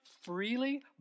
freely